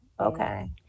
okay